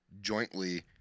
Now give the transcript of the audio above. jointly